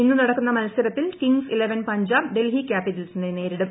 ഇന്ന് നടക്കുന്ന മത്സരത്തിൽ കിങ്സ് ഇലവൻ പഞ്ചാബ് ഡൽഹി ക്യാപിറ്റൽസിനെ നേരിടും